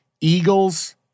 Eagles